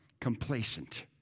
complacent